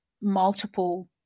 multiple